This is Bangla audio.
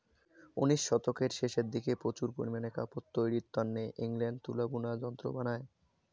উনিশ শতকের শেষের দিকে প্রচুর পারিমানে কাপড় তৈরির তন্নে ইংল্যান্ডে তুলা বুনা যন্ত্র বানায়